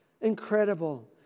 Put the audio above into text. Incredible